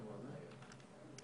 וגם לנו יש כמה שאלות להבנת הנוסח.